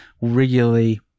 regularly